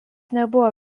nebuvo